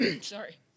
Sorry